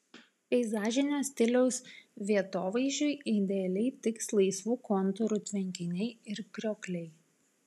peizažinio stiliaus vietovaizdžiui idealiai tiks laisvų kontūrų tvenkiniai ir kriokliai